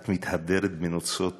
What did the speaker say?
את מתהדרת בנוצות